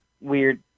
weird